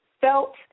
felt